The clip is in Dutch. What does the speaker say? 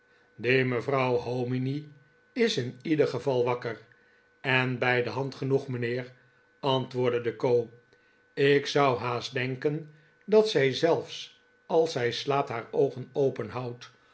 mevrouw hominy is in ieder geval waikker en bij de hand genoeg mijnheer antwoordde de co ik zou haast denken dat zij zelfs als zij slaapt haar oogen openhoudt